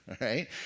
right